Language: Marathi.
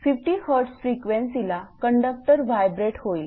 50 Hz फ्रिक्वेन्सीला कंडक्टर व्हायब्रेट होईल